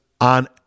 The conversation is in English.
on